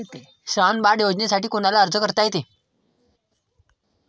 श्रावण बाळ योजनेसाठी कुनाले अर्ज करता येते?